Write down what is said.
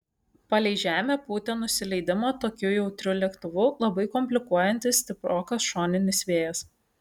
palei žemę pūtė nusileidimą tokiu jautriu lėktuvu labai komplikuojantis stiprokas šoninis vėjas